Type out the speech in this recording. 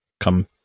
come